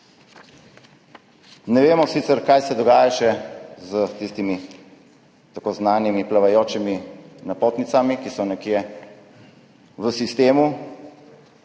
Ne vemo sicer, kaj se dogaja še s tistimi tako znanimi plavajočimi napotnicami, ki so nekje v sistemu.